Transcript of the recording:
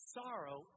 sorrow